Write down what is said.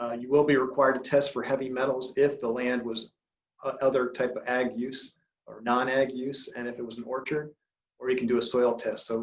and you will be required to test for heavy metals if the land was other type of ag use or non-ag use and if it was an orchard or you can do a soil test. so